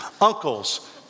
uncles